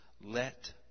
Let